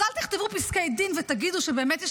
אז אל תכתבו פסקי דין ותגידו שבאמת יש